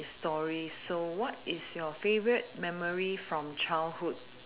is story so what is your favorite memory from childhood